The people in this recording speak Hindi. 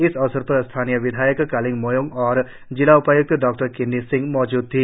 इस अवसर पर स्थानीय विधायक कालिंग मोयोंग और जिला उपाय्क्त डॉ किन्नी सिंह मौजूद थी